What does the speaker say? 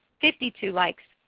fifty two likes,